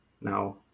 now